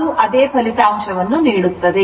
ಅದು ಅದೇ ಫಲಿತಾಂಶವನ್ನು ನೀಡುತ್ತದೆ